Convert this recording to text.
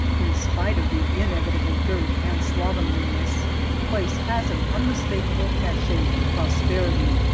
in spite of the inevitable dirt and slovenliness, the place has an unmistakable cachet of prosperity.